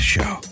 Show